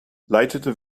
leitete